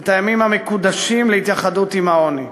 את הימים המקודשים להתייחדות עם העוני.